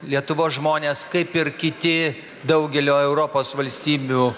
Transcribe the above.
lietuvos žmonės kaip ir kiti daugelio europos valstybių